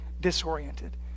disoriented